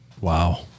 Wow